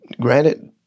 Granted